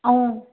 ऐं